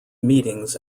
meetings